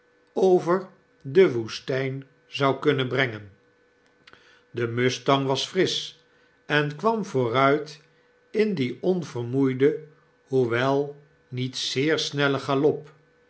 over de woestyn zou kunnen brengen de mustang was frisch eii kwam vooruit in dien onvermoeiden hoewel niet zeer snellen galop